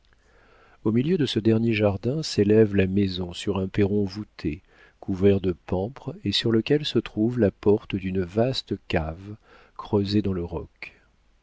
au milieu de ce dernier jardin s'élève la maison sur un perron voûté couvert de pampres et sur lequel se trouve la porte d'une vaste cave creusée dans le roc